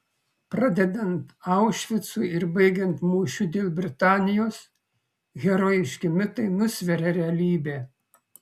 pradedant aušvicu ir baigiant mūšiu dėl britanijos herojiški mitai nusveria realybę